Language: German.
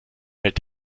hält